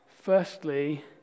firstly